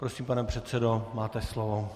Prosím, pane předsedo, máte slovo.